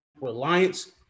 reliance